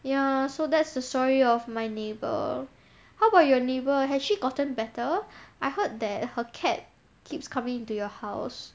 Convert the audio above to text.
ya so that's the story of my neighbour how about your neighbour has she gotten better I heard that her cat keeps coming into your house